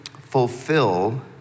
fulfill